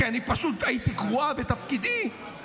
כי פשוט הייתי גרועה בתפקידי,